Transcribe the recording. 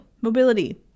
mobility